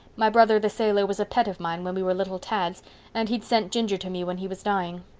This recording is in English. my brother the sailor was a pet of mine when we were little tads and he'd sent ginger to me when he was dying.